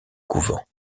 couvent